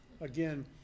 again